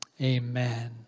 Amen